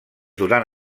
duran